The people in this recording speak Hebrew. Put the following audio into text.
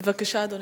בבקשה, אדוני,